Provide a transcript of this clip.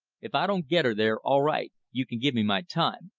if i don't get her there, all right you can give me my time.